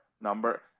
number